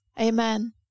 Amen